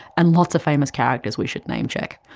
and lots of famous characters we should name check,